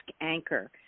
anchor